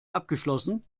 abgeschlossen